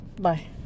bye